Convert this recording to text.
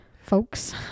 folks